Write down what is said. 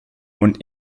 und